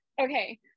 Okay